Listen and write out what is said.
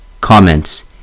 Comments